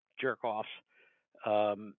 jerk-offs